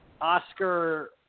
Oscar